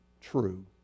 true